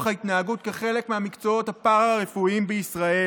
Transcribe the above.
ההתנהגות כחלק מהמקצועות הפארה-רפואיים בישראל,